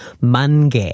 mange